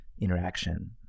interaction